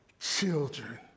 children